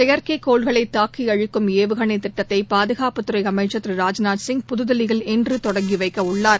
செயற்கைக்கோள்களை தாக்கி அழிக்கும் ஏவுகணை திட்டத்தைபாதுகாப்புத்துறை அமைச்சா் திரு ராஜ்நாத் சிங் புதுதில்லியில் இன்று தொடங்கி வைக்க உள்ளார்